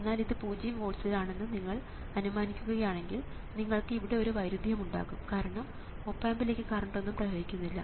എന്നാൽ ഇത് പൂജ്യം വോൾട്സ്ൽ ആണെന്ന് നിങ്ങൾ അനുമാനിക്കുകയാണെങ്കിൽ നിങ്ങൾക്ക് ഇവിടെ ഒരു വൈരുദ്ധ്യം ഉണ്ടാകും കാരണം ഓപ് ആമ്പിലേക്ക് കറണ്ട് ഒന്നും പ്രവഹിക്കുന്നില്ല